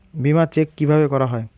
বিমা চেক কিভাবে করা হয়?